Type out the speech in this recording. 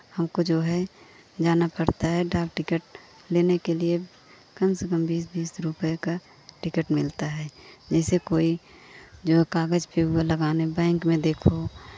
हमको जो है जाना पड़ता है डाक टिकट लेने के लिए कम से कम बीस बीस रुपए का टिकट मिलता है जैसे कोई जो कागज़ पे वो लगाने बैंक में देखो